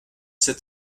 sept